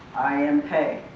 i m. pei,